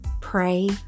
pray